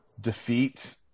defeat